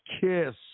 kiss